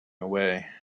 away